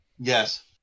Yes